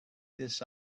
this